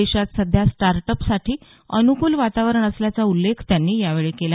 देशात सध्या स्टार्टअप साठी अनुकुल वातावरण असल्याचा उल्लेख त्यांनी यावेळी केला